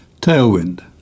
Tailwind